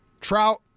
Trout